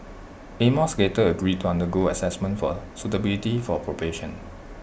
amos later agreed to undergo Assessment for suitability for probation